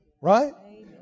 Right